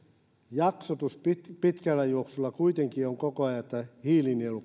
jaksotus pitkällä juoksulla kuitenkin on koko ajan semmoinen että hiilinielu